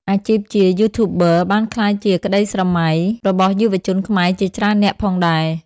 អាជីពជា Youtuber ក៏បានក្លាយជាក្តីស្រមៃរបស់យុវជនខ្មែរជាច្រើននាក់ផងដែរ។